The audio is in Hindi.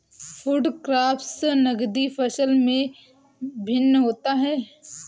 फूड क्रॉप्स नगदी फसल से भिन्न होता है